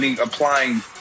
applying